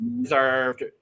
deserved